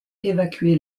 évacuer